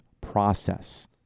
process